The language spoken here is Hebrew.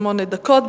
שמונה דקות.